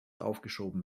aufgeschoben